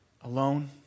alone